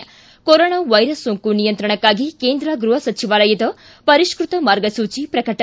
ಿ corona virus ಸೋಂಕು ನಿಯಂತ್ರಣಕ್ಕಾಗಿ ಕೇಂದ್ರ ಗೃಹ ಸಚಿವಾಲಯದ ಪರಿಷ್ಟತ ಮಾರ್ಗಸೂಚಿ ಪ್ರಕಟ